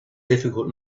difficult